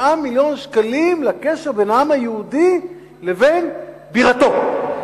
100 מיליון שקלים לקשר בין העם היהודי לבין בירתו,